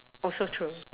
also true